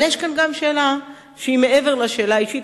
אבל יש כאן גם שאלה שהיא מעבר לשאלה האישית.